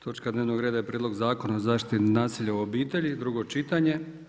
Točka dnevnog reda je Prijedlog zakona o zaštiti nasilja u obitelji, drugo čitanje.